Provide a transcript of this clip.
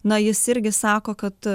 na jis irgi sako kad